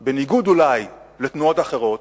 אולי בניגוד לתנועות אחרות,